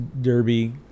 derby